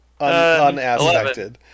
Unaspected